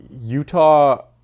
Utah